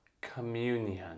Communion